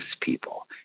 people